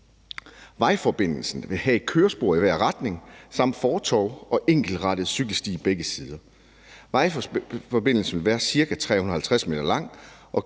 Vejforbindelsen vil have et kørespor i hver retning samt fortov og enkeltrettet cykelsti i begge sider. Vejforbindelsen vil være cirka 350 m lang